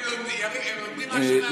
הם לומדים משהו מהממשלה.